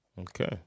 Okay